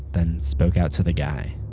then spoke out to the guy.